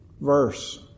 verse